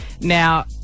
Now